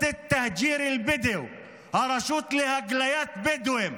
(אומר בערבית ומתרגם:) הרשות להגליית בדואים.